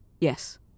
Yes